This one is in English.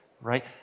right